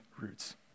roots